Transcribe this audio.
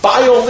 Bio